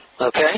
okay